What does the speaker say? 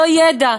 לא ידע.